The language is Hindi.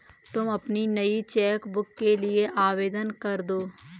तुम अपनी नई चेक बुक के लिए आवेदन करदो